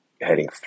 heading